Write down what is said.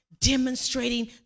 demonstrating